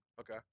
Okay